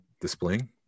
displaying